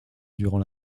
durant